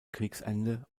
kriegsende